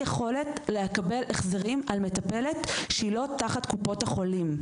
יכולת לקבל החזרים על מטפלת שהיא לא תחת קופות החולים.